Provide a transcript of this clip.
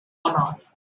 honor